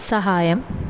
സഹായം